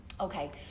Okay